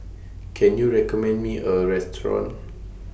Can YOU recommend Me A Restaurant